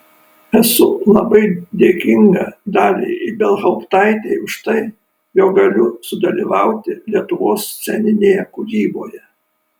esu labai dėkinga daliai ibelhauptaitei už tai jog galiu sudalyvauti lietuvos sceninėje kūryboje